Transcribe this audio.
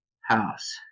house